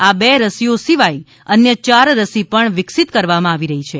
આ બે રસીઓ સિવાય અન્ય ચાર રસી પણ વિકસીત કરવામાં આવી રહી છે